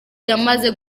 yamaze